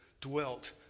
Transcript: dwelt